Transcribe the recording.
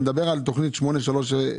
אני מדבר על תוכנית 83-03-01(ב).